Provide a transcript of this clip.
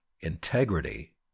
integrity